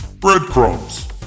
breadcrumbs